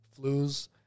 flus